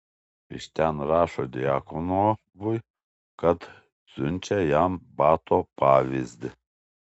iš ten rašo djakonovui kad siunčia jam bato pavyzdį